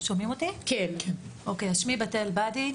שמי בתאל באדי,